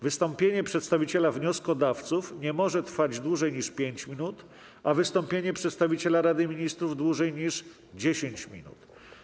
Wystąpienie przedstawiciela wnioskodawców nie może trwać dłużej niż 5 minut, a wystąpienie przedstawiciela Rady Ministrów - dłużej niż 10 minut.